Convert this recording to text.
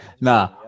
Nah